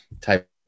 type